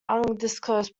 undisclosed